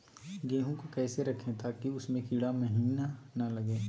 गेंहू को कैसे रखे ताकि उसमे कीड़ा महिना लगे?